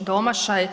domašaj.